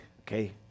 okay